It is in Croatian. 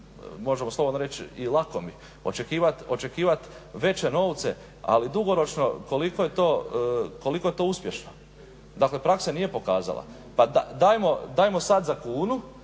moram reći i lakomi, očekivati veće novce, ali dugoročno koliko je to uspješno. Dakle praksa nije pokazala, pa dajmo sada za kunu,